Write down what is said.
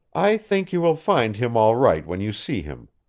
i think you will find him all right when you see him.